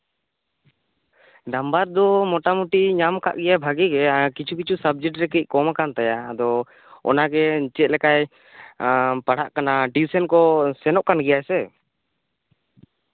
number ᱫᱚ ᱧᱟᱢ ᱠᱟᱜ ᱜᱮᱭᱟᱭ ᱵᱷᱟᱜᱮ ᱜᱮ ᱠᱤᱪᱷᱩ ᱠᱤᱪᱷᱩ ᱥᱟᱵᱡᱮᱠᱴ ᱨᱮ ᱠᱚᱢ ᱠᱟᱱ ᱛᱟᱭᱟ ᱚᱱᱟᱜᱮ ᱪᱮᱫ ᱞᱮᱠᱟᱭ ᱚᱱᱟᱜᱮ ᱪᱮᱫ ᱞᱮᱠᱟᱭ ᱯᱟᱲᱟᱜ ᱠᱟᱱᱟ ᱴᱤᱭᱩᱥᱚᱱ ᱠᱚᱭ ᱥᱮᱱᱚᱜ ᱠᱟᱱ ᱜᱮᱭᱟ ᱥᱮ